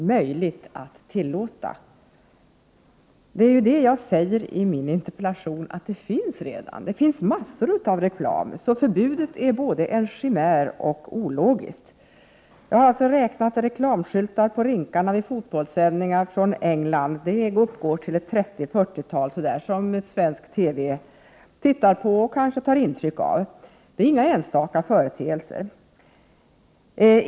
”Möjligt att tillåta”, jag säger ju i min interpellation att det redan finns reklam, en mängd reklam. Därför är förbudet en chimär och dessutom ologiskt. Jag har alltså räknat reklamskyltar på rinkarna vid fotbollssändningar från England. Antalet skyltar uppgår till 30-40. Det tittar vi på i svensk TV och tar kanske intryck av det. Det är inte fråga om några enstaka företeelser.